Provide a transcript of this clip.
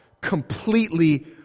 completely